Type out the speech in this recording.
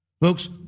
Folks